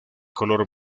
color